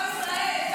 עם הדמגוגיה.